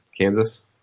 Kansas